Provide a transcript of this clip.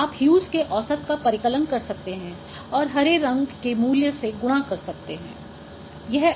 आप ह्यूस के औसत का परिकलन कर सकते हैं और हरे रंग के मूल्य से गुणा कर सकते हैं